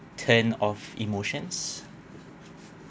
ten of emotions